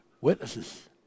witnesses